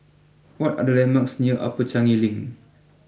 what are the landmarks near Upper Changi Link